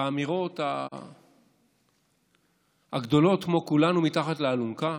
והאמירות הגדולות כמו: כולנו מתחת לאלונקה,